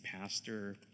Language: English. pastor